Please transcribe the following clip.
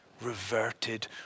reverted